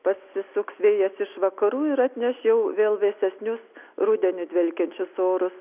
pasisuks vėjas iš vakarų ir atneš jau vėl vėsesnius rudeniu dvelkiančius orus